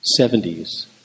70s